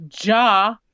Ja